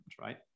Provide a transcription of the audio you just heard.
Right